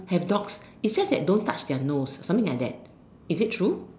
have dogs is just that don't touch their nose something like that is it true